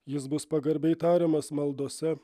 jis bus pagarbiai tariamas maldose